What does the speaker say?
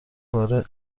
باره